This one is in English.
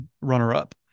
runner-up